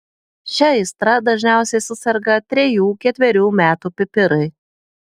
šia aistra dažniausiai suserga trejų ketverių metų pipirai